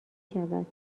شود